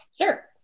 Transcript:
Sure